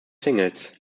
singles